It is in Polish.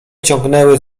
ciągnęły